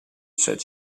said